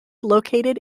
located